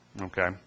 okay